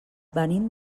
venim